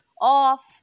off